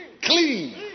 clean